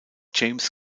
james